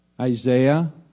Isaiah